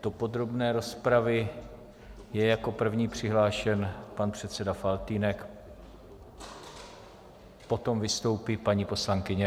Do podrobné rozpravy je jako první přihlášen pan předseda Faltýnek, potom vystoupí paní poslankyně Richterová.